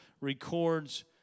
records